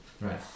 Right